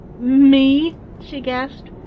me? she gasped.